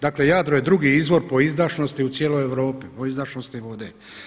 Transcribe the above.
Dakle, Jadro je drugi izvor po izdašnosti u cijeloj Europi po izdašnosti vode.